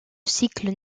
cycle